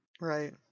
right